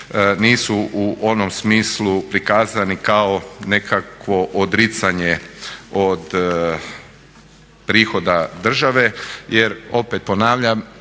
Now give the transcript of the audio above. nisu u onom smislu prikazani kao nekakvo odricanje od prihoda države. Jer opet ponavljam,